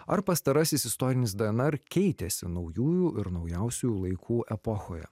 ar pastarasis istorinis dnr keitėsi naujųjų ir naujausių laikų epochoje